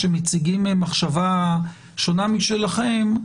שמציגים מחשבה שונה משלכם,